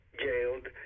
jailed